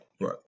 right